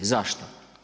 Zašto?